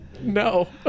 No